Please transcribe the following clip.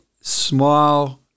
small